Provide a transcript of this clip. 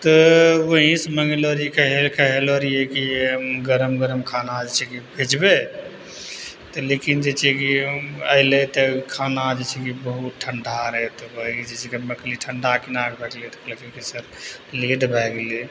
तऽ वहीँसँ मङ्गेलो रहियइ कह कहलो रहियइ कि गरम गरम खाना जे छै कि भेजबय लेकिन जे छै कि अयलइ तऽ खाना जे छै कि बहुत ठण्डा रहय तऽ जे छै कि हम कहलियै ठण्डा केना भऽ गेलय तऽ कहलकइ कि सर लेट भए गेलय